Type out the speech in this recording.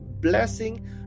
blessing